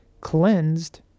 cleansed